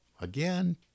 again